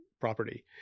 property